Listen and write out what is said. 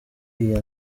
iyi